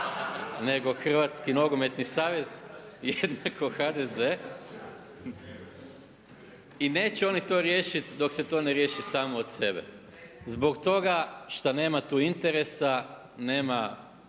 nego Hrvatski nogometni savez=HDZ i neće oni to riješiti dok se to ne riješi samo od sebe zbog toga šta nema tu interesa, nema